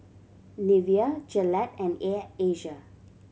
Nivea Gillette and Air Asia